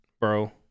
bro